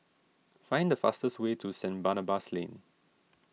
find the fastest way to Saint Barnabas Lane